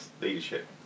leadership